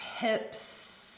hips